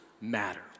matter